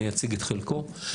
אני אציג את חלקו.